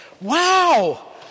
Wow